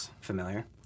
Familiar